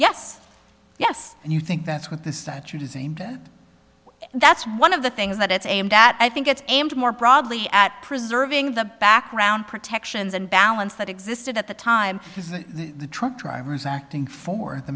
yes yes and you think that's what this statute is aimed that's one of the things that it's aimed at i think it's aimed more broadly at preserving the background protections and balance that existed at the time the truck driver was acting for the